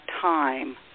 time